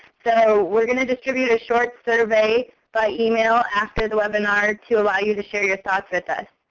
so we're going to distribute a short survey by email after the webinar to allow you to share your thoughts with us.